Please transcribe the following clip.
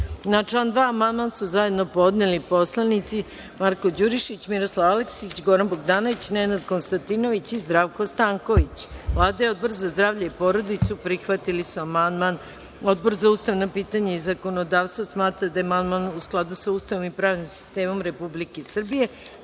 član 2. amandman su zajedno podneli narodni poslanici Marko Đurišić, Miroslav Aleksić, Goran Bogdanović, Nenad Konstantinović i Zdravko Stanković. Vlada i Odbor za zdravlje i porodicu prihvatili su amandman, a Odbor za ustavna pitanja i zakonodavstvo smatra da je amandman u skladu sa Ustavom i pravnim sistemom Republike